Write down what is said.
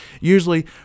usually